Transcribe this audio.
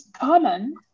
common